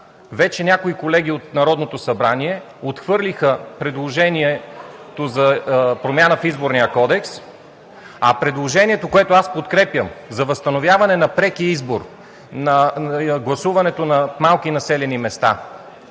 вече някои колеги от Народното събрание отхвърлиха предложението за промяна в Изборния кодекс, а предложението, което аз подкрепям, за възстановяване на прекия избор на гласуването в малки населени места